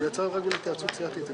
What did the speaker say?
אנחנו